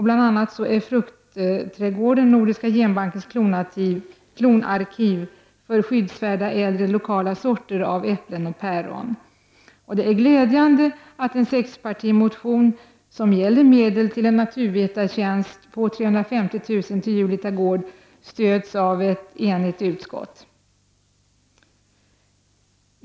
Bl.a. är fruktträdgården Nordiska genbankens klonarkiv för skyddsvärda äldre lokala sorter av äpplen och päron. Det är glädjande att en sexpartimotion som gäller medel till en naturvetartjänst på 350 000 vid Julita gård stöds av ett enigt utskott.